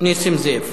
נסים זאב.